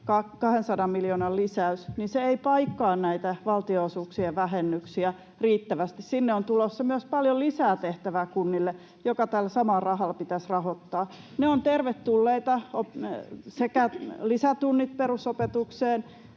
200 miljoonan lisäys, se ei paikkaa näitä valtionosuuksien vähennyksiä riittävästi. Kunnille on tulossa myös paljon lisää tehtäviä, jotka tällä samalla rahalla pitäisi rahoittaa. Tervetulleita ovat lisätunnit perusopetukseen,